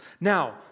Now